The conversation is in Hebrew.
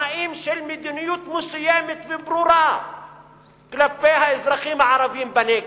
ובתנאים של מדיניות מסוימת וברורה כלפי האזרחים הערבים בנגב,